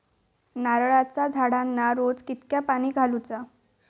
नारळाचा झाडांना रोज कितक्या पाणी घालुचा?